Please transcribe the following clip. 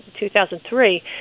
2003